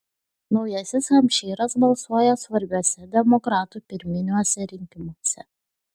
naujasis hampšyras balsuoja svarbiuose demokratų pirminiuose rinkimuose